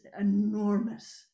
enormous